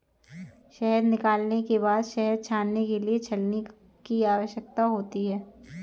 शहद निकालने के बाद शहद छानने के लिए छलनी की आवश्यकता होती है